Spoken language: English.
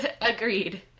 Agreed